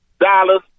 dollars